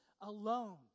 alone